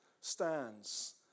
stands